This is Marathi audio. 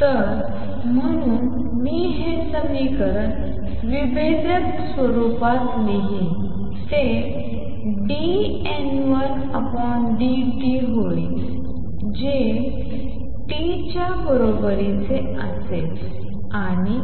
तर म्हणून मी हे समीकरण विभेदक स्वरूपात लिहीन ते dN1dt होईल जे uTB12N1 च्या बरोबरीचे असेल आणि